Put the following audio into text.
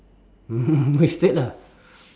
wasted lah